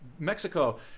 Mexico